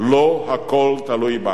לא הכול תלוי בנו,